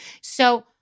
So-